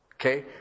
Okay